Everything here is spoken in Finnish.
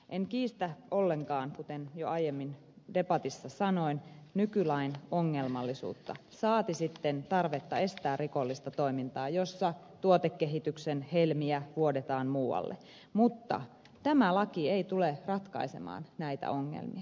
en kiistä ollenkaan kuten jo aiemmin debatissa sanoin nykylain ongelmallisuutta saati sitten tarvetta estää rikollista toimintaa jossa tuotekehityksen helmiä vuodetaan muualle mutta tämä laki ei tule ratkaisemaan näitä ongelmia